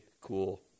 cool